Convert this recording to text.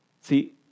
See